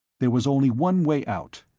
there was only one way out.